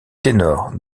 ténor